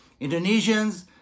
Indonesians